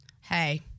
Hey